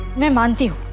ma'am, um do